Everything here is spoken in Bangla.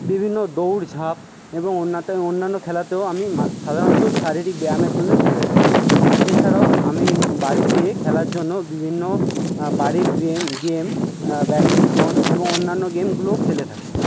বিভিন্ন দৌড় ঝাঁপ এবং অন্যান্য খেলাতেও আমি সাধারণত শারীরিক ব্যায়ামের জন্যই খেলে থাকি এছাড়াও আমি বাড়িতে খেলার জন্য বিভিন্ন বাড়ির গ্রেম গেম ব্যাডমিন্টন এবং অন্যান্য গেমগুলোও খেলে থাকি